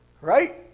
Right